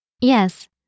Yes